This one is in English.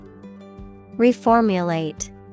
Reformulate